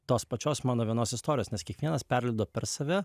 tos pačios mano vienos istorijos nes kiekvienas perleido per save